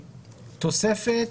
תוספת: